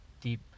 deep